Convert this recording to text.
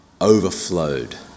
overflowed